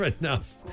enough